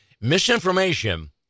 misinformation